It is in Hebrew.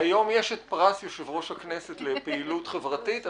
היום יש את פרס יושב-ראש הכנסת לפעילות חברתית.